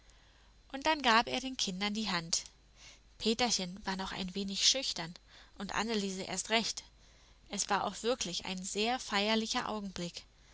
und dann gab er den kindern die hand peterchen war noch ein wenig schüchtern und anneliese erst recht es war auch wirklich ein sehr feierlicher augenblick